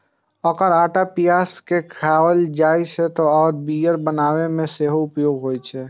एकर आटा पिसाय के खायल जाइ छै आ बियर बनाबै मे सेहो उपयोग होइ छै